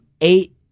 eight